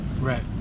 Right